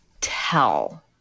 tell